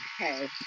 Okay